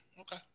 Okay